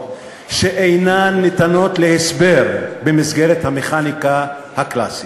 שאינן ניתנות להסבר במסגרת המכניקה הקלאסית.